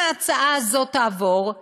אם ההצעה הזאת תעבור,